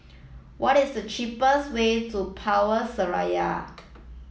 what is the cheapest way to Power Seraya